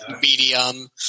medium